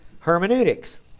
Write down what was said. hermeneutics